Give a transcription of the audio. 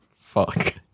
Fuck